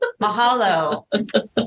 Mahalo